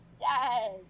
Yes